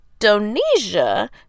indonesia